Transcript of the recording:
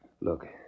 Look